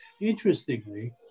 Interestingly